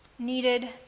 Needed